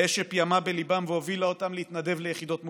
האש שפיעמה בליבם והובילה אותם להתנדב ליחידות מובחרות,